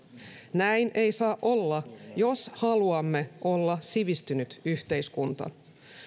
näin ei saa olla jos haluamme olla sivistynyt yhteiskunta